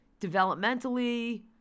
developmentally